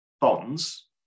bonds